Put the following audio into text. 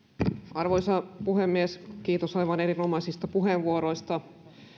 arvoisa puhemies kiitos aivan erinomaisista puheenvuoroista